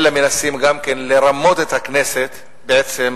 אלא גם מנסים לרמות את הכנסת בעצם